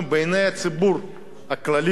בעיני הציבור הכללי,